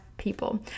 people